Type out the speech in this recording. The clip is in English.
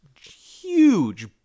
huge